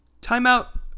Timeout